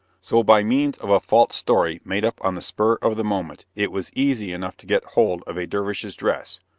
so by means of a false story made up on the spur of the moment, it was easy enough to get hold of a dervish's dress,